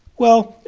well,